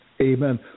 Amen